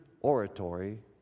oratory